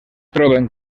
troben